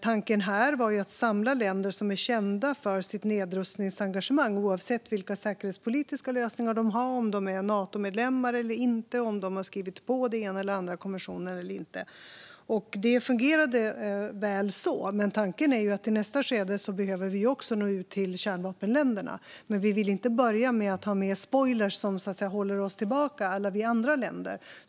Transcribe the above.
Tanken var att samla länder som är kända för sitt nedrustningsengagemang, oavsett vilka säkerhetspolitiska lösningar de har, om de är Natomedlemmar eller inte och om de har skrivit på den ena eller den andra konventionen eller inte. Det fungerade väl på det sättet. Men tanken är att vi i nästa skede behöver nå ut också till kärnvapenländerna. Men vi vill inte börja med att ha med spoilers som så att säga håller tillbaka alla andra länder.